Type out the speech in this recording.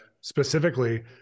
specifically